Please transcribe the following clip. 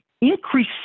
increase